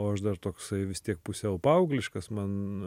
o aš dar toksai vis tiek pusiau paaugliškas man